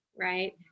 right